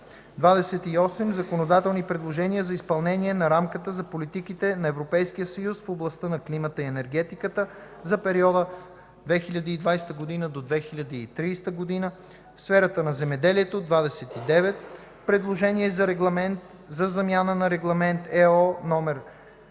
28. Законодателни предложения за изпълнение на Рамката за политиките на Европейския съюз в областта на климата и енергетиката за периода от 2020 до 2030 г. В сферата на земеделието: 29. Предложение за Регламент за замяна